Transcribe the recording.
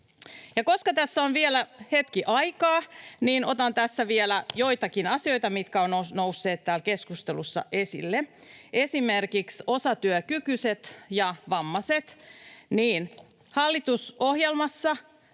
koska tässä on vielä hetki aikaa, niin otan tässä vielä joitakin asioita, mitkä ovat nousseet täällä keskustelussa esille, esimerkiksi osatyökykyiset ja vammaiset. Hallitusohjelmassa